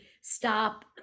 stop